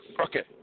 Okay